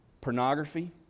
pornography